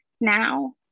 now